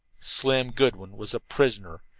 slim goodwin was a prisoner,